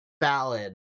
ballad